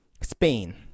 spain